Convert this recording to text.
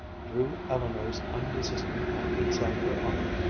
drew eleanor's unresisting hand inside her arm,